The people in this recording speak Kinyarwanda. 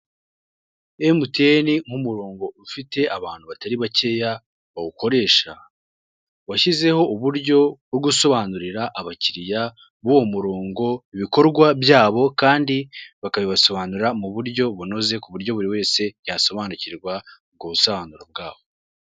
MTN, nk'umurongo ufite abantu batari bakeya bawukoresha. Washyizeho uburyo bwo gusobanurira abakiriya b'uwo murongo ibikorwa byabo kandi bakabibasobanurira mu buryo bunoze ku buryo buri wese yasobanukirwa ubwo busobanuro bwabo.